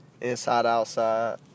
inside-outside